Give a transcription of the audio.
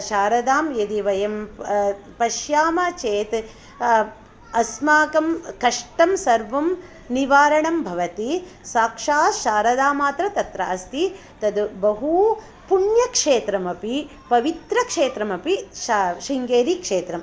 शारदां यदि वयं पश्यामः चेत् अस्माकं कष्टं सर्वं निवारणं भवति साक्षात् शारदामाता तत्र अस्ति तद् बहुपुण्यक्षेत्रम् अपि पवित्रक्षेत्रमपि शृङ्गेरीक्षेत्रं